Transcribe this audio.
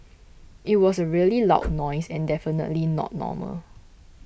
it was a really loud noise and definitely not normal